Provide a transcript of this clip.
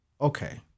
okay